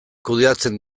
kudeatzen